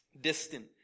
distant